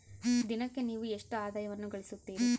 ದಿನಕ್ಕೆ ನೇವು ಎಷ್ಟು ಆದಾಯವನ್ನು ಗಳಿಸುತ್ತೇರಿ?